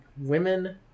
women